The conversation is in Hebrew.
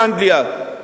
באנגליה, באיטליה,